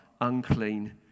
unclean